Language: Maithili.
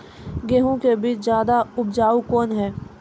गेहूँ के बीज ज्यादा उपजाऊ कौन है?